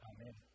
Amen